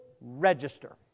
Register